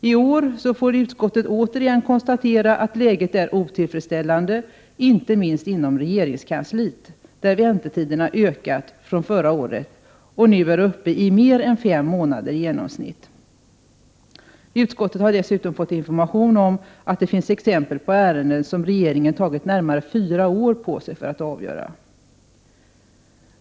I år får utskottet återigen konstatera, att läget är otillfredsställande, inte minst inom regeringskansliet, där väntetiderna ökat sedan förra året och nu är uppe i mer än fem månader i genomsnitt. Utskottet har dessutom fått information om att det finns exempel på ärenden som regeringen tagit närmare fyra år på sig att avgöra.